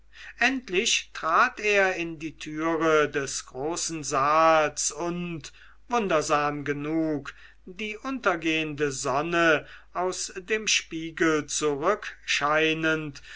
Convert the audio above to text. endlich trat er in die türe des großen saals und wundersam genug die untergehende sonne aus dem spiegel